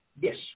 Yes